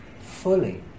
fully